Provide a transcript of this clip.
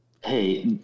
Hey